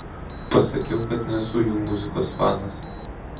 pasakiau kad nesu jų muzikos fanas